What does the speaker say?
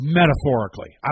metaphorically